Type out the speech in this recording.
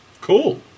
cool